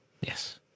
Yes